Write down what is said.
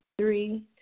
Three